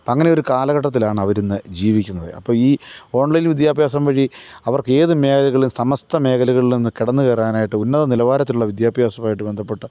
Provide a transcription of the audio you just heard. അപ്പം അങ്ങനെയൊരു കാലഘട്ടത്തിലാണ് അവരിന്ന് ജീവിക്കുന്നത് അപ്പം ഈ ഓണ്ലൈന് വിദ്യാഭ്യാസം വഴി അവര്ക്കേത് മേഖലകളിലും സമസ്തമേഖലകളിലും ഇന്ന് കടന്നുകയറാനായിട്ട് ഉന്നത നിലവാരത്തിലുള്ള വിദ്യാഭ്യാസവുമായിട്ട് ബന്ധപ്പെട്ട്